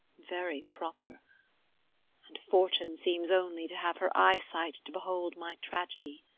very proper and fortune seems only to have her eye-sight to behold my tragedy